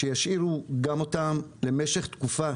שישאירו גם אותם למשך תקופה